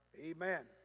Amen